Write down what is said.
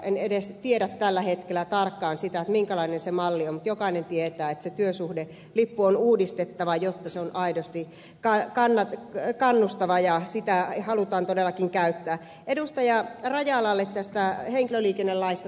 en edes tiedä tällä hetkellä tarkkaan sitä minkälainen se malli on mutta jokainen tietää että työsuhdelippu on uudistettava jotta se on aidosti kannustava ja sitä halutaan todellakin käyttää edustaja rajala oli tästä on henki oli kiinalaista